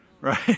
Right